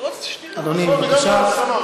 אדוני, בבקשה.